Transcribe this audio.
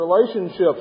relationships